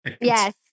Yes